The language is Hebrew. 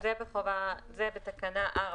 בזמן שעסקים,